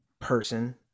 person